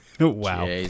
Wow